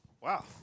Wow